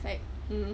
it's like mm